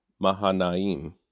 Mahanaim